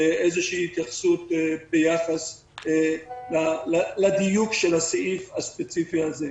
איזושהי התייחסות ביחס לדיוק של הסעיף הספציפי הזה.